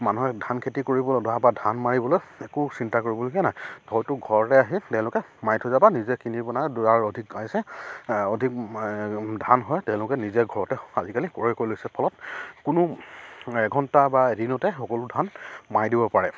মানুহে ধান খেতি কৰিবলৈ বা ধান মাৰিবলৈ একো চিন্তা কৰিবলগীয়া নাই হয়তো ঘৰতে আহি তেওঁলোকে মাৰি থৈ যাব বা নিজে কিনি পেনাই অধিক অধিক ধান হয় তেওঁলোকে নিজে ঘৰতে আজিকালি ক্ৰয় কৰি লৈছে ফলত কোনো এঘণ্টা বা এদিনতে সকলো ধান মাৰি দিব পাৰে